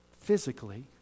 physically